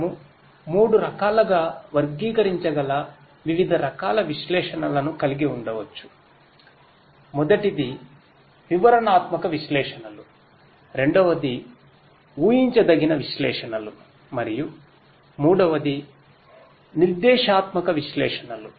మనము మూడు రకాలగా వర్గీకరించగల వివిధ రకాల విశ్లేషణలను కలిగి ఉండవచ్చుమొదటిది వివరణాత్మక విశ్లేషణలు రెండవది ఉహించదగిన విశ్లేషణలు మరియు మూడవది నిర్దేశాత్మకవిశ్లేషణలు